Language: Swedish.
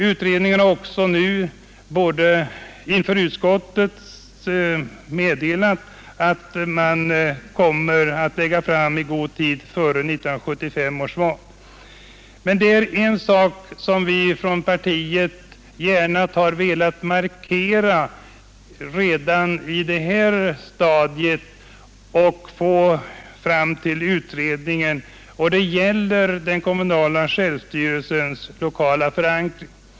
Utredningen har också inför utskottet meddelat att man kommer att lägga fram sitt förslag i god tid före 1976 års val. Det är emellertid en sak som vi från centerpartiet gärna har velat markera redan på det här stadiet och föra fram till utredningen, och det är den kommunala självstyrelsens lokala förankring.